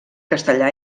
castellà